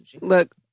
Look